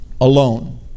alone